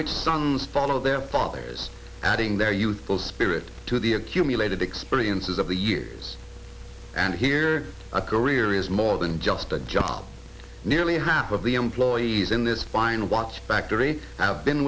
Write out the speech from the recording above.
which sons follow their father's adding their youthful spirit to the accumulated experiences of the years and here a career is more than just a job nearly half of the employees in this fine watch factory have been